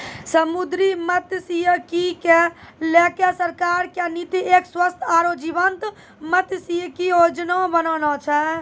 समुद्री मत्सयिकी क लैकॅ सरकार के नीति एक स्वस्थ आरो जीवंत मत्सयिकी योजना बनाना छै